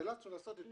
נאלצנו לעשות את זה.